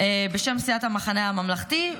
בשם סיעת המחנה הממלכתי,